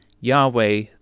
Yahweh